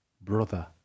brother